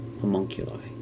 homunculi